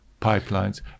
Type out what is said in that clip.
pipelines